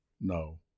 No